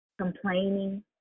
complaining